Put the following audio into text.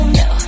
no